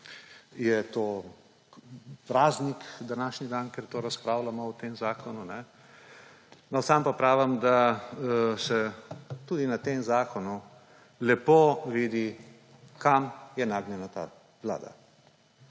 da je praznik današnji dan, ker razpravljamo o tem zakonu. No, sam pa pravim, da se tudi na tem zakonu lepo vidi, kam je nagnjena ta vlada.